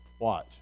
Watch